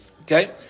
Okay